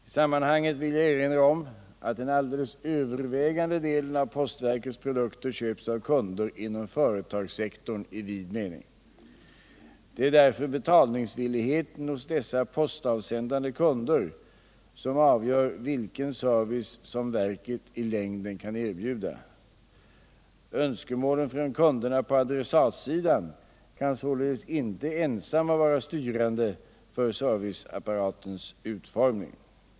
I sammanhanget vill jag erinra om att den alldeles övervägande delen av postverkets produkter köps av kunder inom företagssektorn i vid mening. Det är därmed betalningsvilligheten hos dessa postavsändande kunder som avgör vilken service som verket i längden kan erbjuda. Önskemålen från kunderna på adressatsidan kan således inte ensamma vara styrande för serviceapparatens utformning.